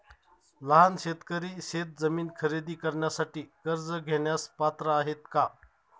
लहान शेतकरी शेतजमीन खरेदी करण्यासाठी कर्ज घेण्यास पात्र आहेत का?